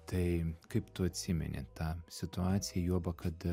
tai kaip tu atsimeni tą situaciją juoba kad